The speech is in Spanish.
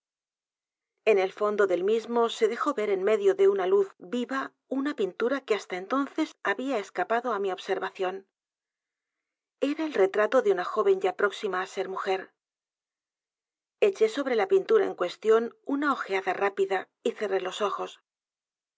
en el fondo del mismo se dejó ver en medio de u n i luz viva una pintura que hasta entonces había escapado á m i observación e r a el retrato de una joven ya próxima á ser mujer eché s ó b r e l a pintura en cuestión una ojeada rápida y cerró los ojos